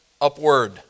upward